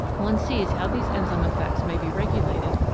one sees how these enzyme effects may be regulated,